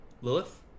Lilith